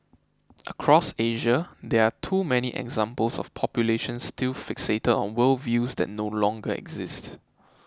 across Asia there are too many examples of populations still fixated on worldviews that no longer exist